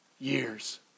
years